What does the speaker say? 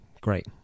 great